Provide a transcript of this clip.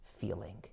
feeling